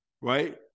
right